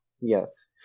Yes